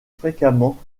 fréquemment